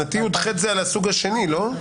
להבנתי, סעיף (יח) זה על הסוג השני, לא?